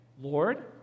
Lord